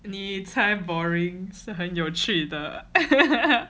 你才 boring 是很有趣的